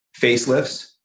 facelifts